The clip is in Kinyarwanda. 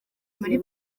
muri